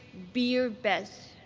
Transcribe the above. be your best.